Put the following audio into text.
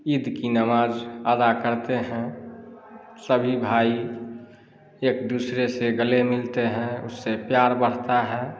ईद की नमाज़ अदा करते हैं सभी भाई एक दूसरे से गले मिलते हैं उससे प्यार बढ़ता है